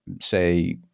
say